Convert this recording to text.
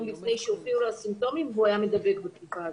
לפני שהופיעו לו הסימפטומים והוא היה מדבק בתקופה הזאת.